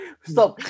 Stop